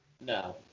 No